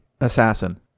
assassin